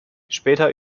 später